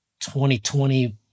2020